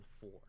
four